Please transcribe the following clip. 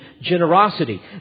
generosity